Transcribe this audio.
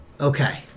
Okay